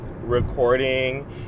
recording